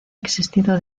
existido